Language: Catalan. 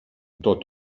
tot